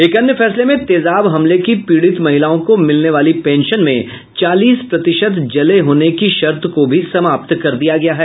एक अन्य फैसले में तेजाब हमले की पीड़ित महिलाओं को मिलने वाली पेंशन में चालीस प्रतिशत जले होने की शर्त को भी समाप्त कर दिया गया है